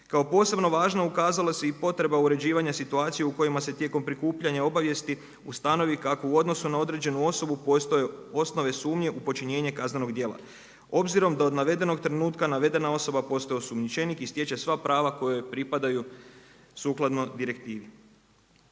Kao posebno važno ukazala se i potreba uređivanja situacije u kojima se tijekom prikupljanja obavijesti ustanovi kako u odnosu na određenu osobu postoje osnove sumnje u počinjenje kaznenog dijela. Obzirom da od navedenog trenutka navedena osoba postaje osumnjičenik i stječe sva prava koja joj pripadaju sukladno direktivi.